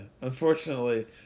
unfortunately